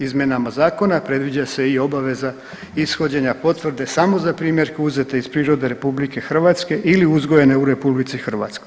Izmjenama zakona predviđa se i obaveza ishođenja potvrde samo za primjerke uzete iz prirode RH ili uzgojene u RH.